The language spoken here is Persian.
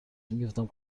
گرفتم